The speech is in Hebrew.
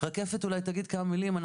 רקפת אולי תגיד כמה מילים.